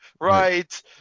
right